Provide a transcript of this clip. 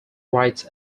rights